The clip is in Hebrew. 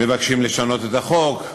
מבקשים לשנות את החוק,